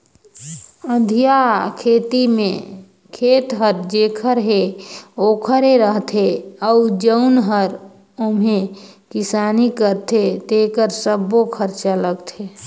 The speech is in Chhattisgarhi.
अधिया खेती में खेत हर जेखर हे ओखरे रथे अउ जउन हर ओम्हे किसानी करथे तेकरे सब्बो खरचा लगथे